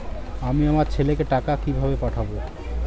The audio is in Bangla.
আমি আমার ছেলেকে টাকা কিভাবে পাঠাব?